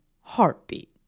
heartbeat